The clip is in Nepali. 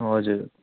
हजुर